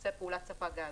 לבצע פעולת ספק גז.